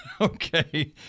Okay